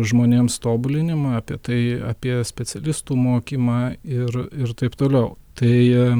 žmonėms tobulinimą apie tai apie specialistų mokymą ir ir taip toliautai